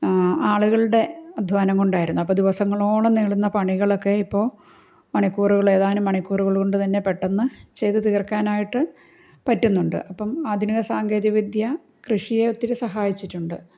ആളുകളുടെ അധ്വാനം കൊണ്ടായിരുന്നു അപ്പോൾ ദിവസങ്ങളോളം നീളുന്ന പണികളൊക്കെ ഇപ്പോൾ മണിക്കൂറുകൾ ഏതാനും മണിക്കൂറുകൾ കൊണ്ടു തന്നെ പെട്ടന്ന് ചെയ്തു തീർക്കാനായിട്ട് പറ്റുന്നുണ്ട് അപ്പം ആധുനിക സാങ്കേതിക വിദ്യ കൃഷിയെ ഒത്തിരി സഹായിച്ചിട്ടുണ്ട്